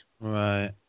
Right